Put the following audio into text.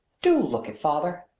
do look at father!